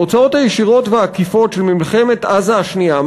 ההוצאות הישירות והעקיפות של מלחמת עזה השנייה,